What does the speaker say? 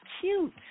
cute